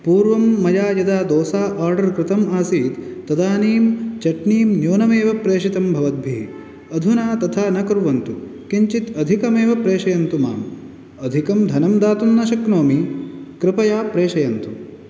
पूर्वं मया यदा दोसा आर्डर् कृतम् आसीत् तदानीं चट्नीं न्यूनमेव प्रेषितं भवद्भिः अधुना तथा न कुर्वन्तु किञ्चित् अधिकमेव प्रेषयन्तु माम् अधिकं धनं दातुं न शक्नोमि कृपया प्रेषयन्तु